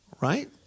right